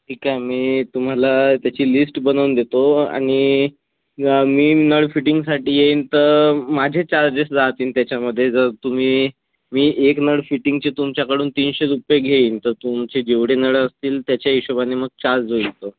ठीक आहे मी तुम्हाला त्याची लिस्ट बनवून देतो आणि मी नळ फिटिंगसाठी येईन तर माझे चार्जेस राहतीन त्याच्यामध्ये जर तुम्ही मी एक नळ फिटिंगचे तुमच्याकडून तीनशे रुपये घेईन तर तुमचे जेवढे नळ असतील त्याच्या हिशोबाने मग चार्ज होईल तो